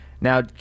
now